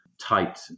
tight